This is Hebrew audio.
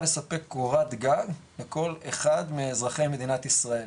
לספק קורת גג לכל אחד מאזרחי מדינת ישראל.